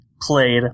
played